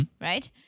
Right